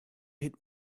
hit